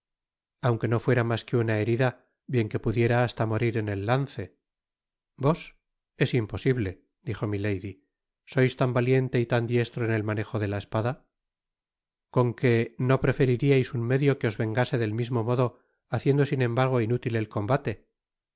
aunque no fuera mas que una herida bien que pudiera hasta morir en el lance vos es imposible dijo milady sois tan valiente y tan diestro en el manejo de la espada con qué no prefeririais un medio que os vengase del mismo modo haciendo sin embargo inútil el combate